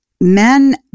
Men